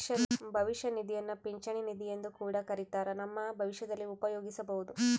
ಭವಿಷ್ಯ ನಿಧಿಯನ್ನ ಪಿಂಚಣಿ ನಿಧಿಯೆಂದು ಕೂಡ ಕರಿತ್ತಾರ, ನಮ್ಮ ಭವಿಷ್ಯದಲ್ಲಿ ಉಪಯೋಗಿಸಬೊದು